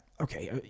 okay